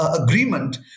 agreement